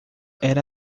era